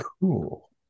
Cool